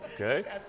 okay